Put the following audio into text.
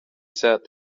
said